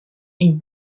une